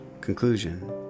Conclusion